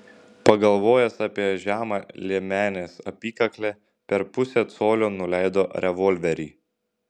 pagalvojęs apie žemą liemenės apykaklę per pusę colio nuleido revolverį